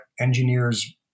engineers